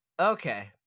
Okay